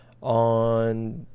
on